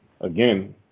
again